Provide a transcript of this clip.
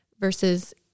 versus